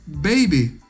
Baby